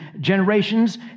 generations